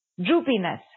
droopiness